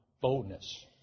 boldness